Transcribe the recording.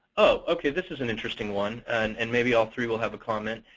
oh, ok, this is an interesting one. and and maybe all three will have a comment.